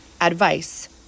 advice